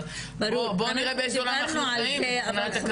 אבל בואו נראה באיזה עולם אנחנו חיים מבחינת הכמויות.